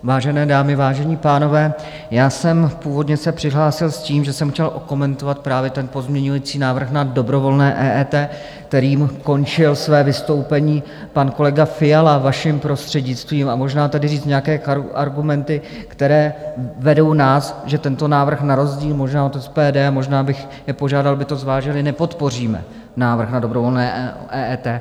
Vážené dámy, vážení pánové, já jsem se původně přihlásil s tím, že jsem chtěl okomentovat právě ten pozměňující návrh na dobrovolné EET, kterým končil své vystoupení pan kolega Fiala, vaším prostřednictvím, a možná tady říci nějaké argumenty, které vedou nás, že tento návrh, na rozdíl možná od SPD, a možná bych je požádal, aby to zvážili, nepodpoříme, návrh na dobrovolné EET.